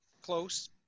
close